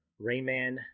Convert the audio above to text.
Rayman